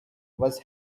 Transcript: was